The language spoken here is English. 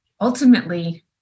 ultimately